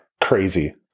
crazy